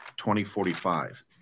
2045